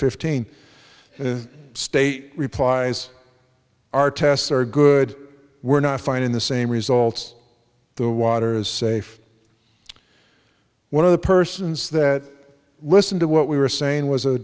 fifteenth state replies our tests are good we're not finding the same results the water is safe one of the persons that listen to what we were saying was a